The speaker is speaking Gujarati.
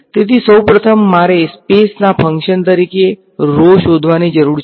તેથી સૌ પ્રથમ મારે સ્પેસના ફંકશન તરીકે rho શોધવાની જરૂર છે